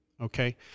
Okay